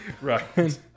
Right